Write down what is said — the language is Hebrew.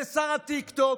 זה שר הטיקטוק,